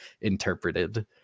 interpreted